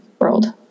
world